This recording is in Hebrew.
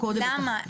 למה?